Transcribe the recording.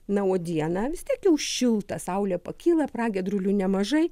na o dieną vis tiek jau šilta saulė pakyla pragiedrulių nemažai